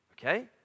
okay